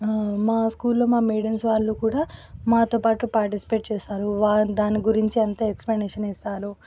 మా స్కూల్లో మా మేడమ్స్ వాళ్ళు కూడా మాతోపాటు పాటిస్పేట్ చేస్తారు వారు దాని గురించి అంతా ఎక్స్ప్లనేషన్ ఇస్తారు